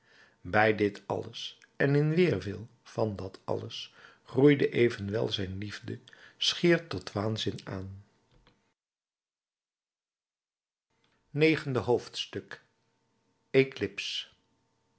bij dit alles en in weerwil van dat alles groeide evenwel zijn liefde schier tot waanzin aan negende hoofdstuk eclips